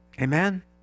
Amen